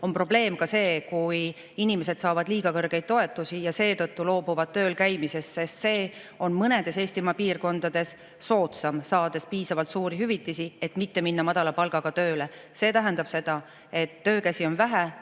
on probleem ka see, kui inimesed saavad liiga kõrgeid toetusi ja seetõttu loobuvad tööl käimisest. Mõnedes Eestimaa piirkondades on soodsam, kui saadakse piisavalt suuri hüvitisi, mitte minna madala palgaga tööle. See tähendab seda, et töökäsi on vähe,